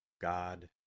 God